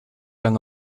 lang